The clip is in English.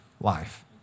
life